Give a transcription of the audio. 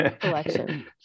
collection